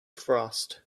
frost